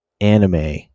anime